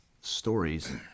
stories